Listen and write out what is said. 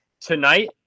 tonight